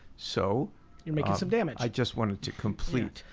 so you're making some damage. i just wanted to complete